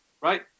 right